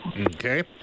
Okay